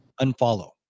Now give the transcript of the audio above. unfollow